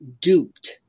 Duped